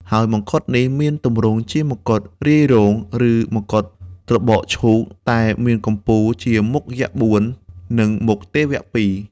ហើយមកុដនេះ មានទម្រង់ជាមកុដនាយរោង ឬមកុដត្របកឈូក តែមានកំពូលជាមុខយក្សបួន និងមុខទេវៈពីរ។